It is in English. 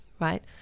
right